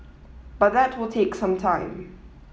but that will take some time